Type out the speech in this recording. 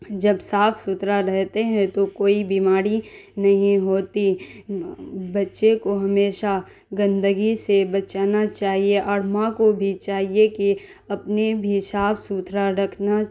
جب صاف ستھرا رہتے ہیں تو کوئی بیماری نہیں ہوتی بچے کو ہمیشہ گندگی سے بچانا چاہیے اور ماں کو بھی چاہیے کہ اپنے بھی صاف ستھرا رکھنا